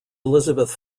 elizabeth